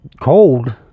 cold